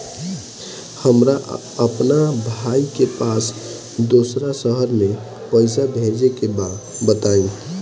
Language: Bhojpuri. हमरा अपना भाई के पास दोसरा शहर में पइसा भेजे के बा बताई?